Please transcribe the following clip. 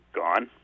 gone